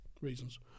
reasons